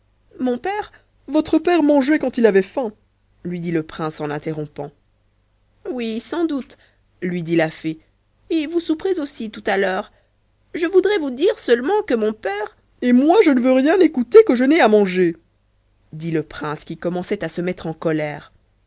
mon père votre père mangeait quand il avait faim lui dit le prince en l'interrompant oui sans doute lui dit la fée et vous souperez aussi tout à l'heure je voulais vous dire seulement que mon père et moi je ne veux rien écouter que je n'aie à manger dit le prince qui commençait à se mettre en colère